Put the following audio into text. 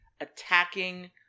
attacking